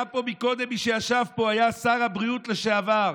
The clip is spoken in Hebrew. היה פה קודם, מי שישב פה היה שר הבריאות לשעבר.